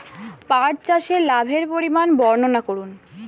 পাঠ চাষের লাভের পরিমান বর্ননা করুন?